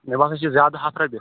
مےٚ باسان چھُ زیادٕ ہَتھ رۄپیہِ